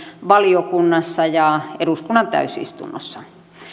valiokunnassa ja eduskunnan täysistunnossa